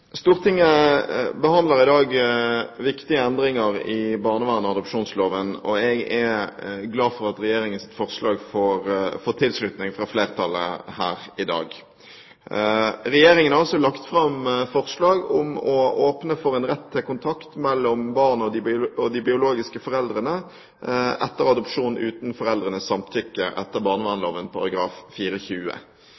adopsjonsloven. Jeg er glad for at Regjeringens forslag får tilslutning fra flertallet her i dag. Regjeringen har altså lagt fram forslag om å åpne for en rett til kontakt mellom barnet og de biologiske foreldrene etter adopsjon uten foreldrenes samtykke etter